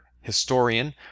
historian